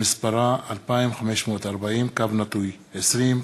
שמספרה פ/2540/20.